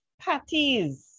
patties